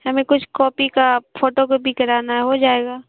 ہمیں کچھ کاپی کا فوٹو کاپی کرانا ہے ہو جائے گا